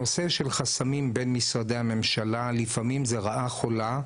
הנושא של חסמים בין משרדי הממשלה לפעמים זה רעה חולה,